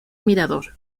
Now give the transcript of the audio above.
mirador